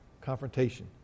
confrontation